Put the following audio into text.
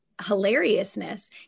Hilariousness